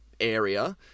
area